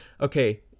Okay